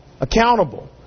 accountable